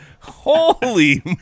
Holy